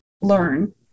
learn